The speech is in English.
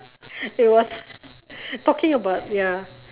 it was talking about ya